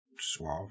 suave